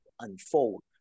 unfold